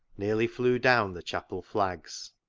nearly flew down the chapel flags.